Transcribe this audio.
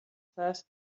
first